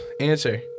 Answer